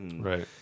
Right